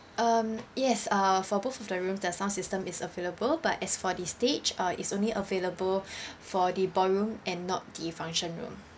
um yes uh for both of the rooms the sound system is available but as for the stage uh is only available for the ballroom and not the function room